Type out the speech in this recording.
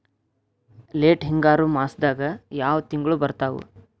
Late ಹಿಂಗಾರು ಮಾಸದಾಗ ಯಾವ್ ತಿಂಗ್ಳು ಬರ್ತಾವು?